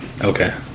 Okay